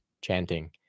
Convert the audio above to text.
chanting